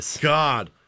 God